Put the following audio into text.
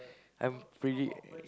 I'm pretty